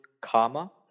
karma